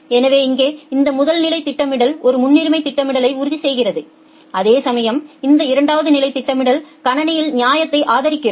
எனவே இங்கே இந்த முதல் நிலை திட்டமிடல் ஒரு முன்னுரிமை திட்டமிடலை உறுதி செய்கிறது அதேசமயம் இந்த இரண்டாவது நிலை திட்டமிடல் கணினியில் நியாயத்தை ஆதரிக்கிறது